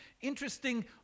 interesting